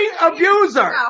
abuser